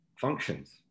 functions